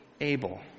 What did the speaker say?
Abel